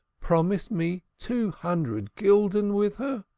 promise me two hundred gulden with her?